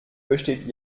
besteht